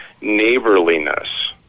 neighborliness